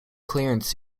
clearance